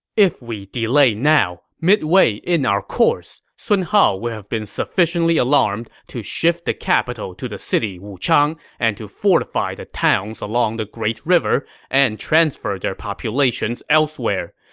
if we delay now, midway in our course, sun hao will have been sufficiently alarmed to shift the capital to the city wuchang and to fortify the towns along the great river and transfer their populations elsewhere.